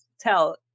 tell